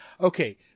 Okay